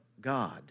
God